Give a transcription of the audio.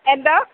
എന്തോ